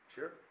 Sure